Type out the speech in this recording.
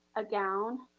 a gown,